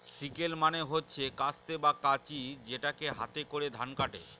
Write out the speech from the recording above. sickle মানে হচ্ছে কাস্তে বা কাঁচি যেটাকে হাতে করে ধান কাটে